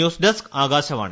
news desk Akashvani